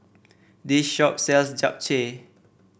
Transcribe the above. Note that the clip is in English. this shop sells Japchae